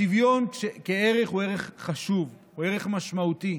השוויון כערך הוא ערך חשוב, הוא ערך משמעותי,